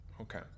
Okay